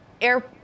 air